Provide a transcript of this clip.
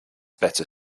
better